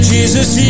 Jesus